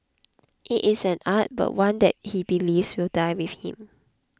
it is an art but one that he believes will die with him